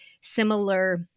similar